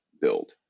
build